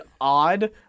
odd